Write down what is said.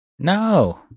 No